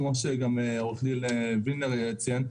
כפי שעו"ד וילנר ציין,